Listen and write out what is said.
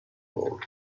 vol